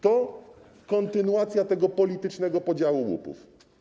To kontynuacja tego politycznego podziału łupów.